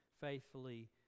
faithfully